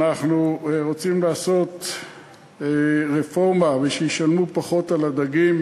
אנחנו רוצים לעשות רפורמה ושישלמו פחות על הדגים,